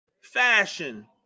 fashion